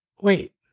Wait